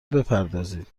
بپردازید